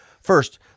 First